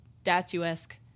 statuesque